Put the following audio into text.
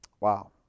Wow